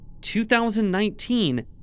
2019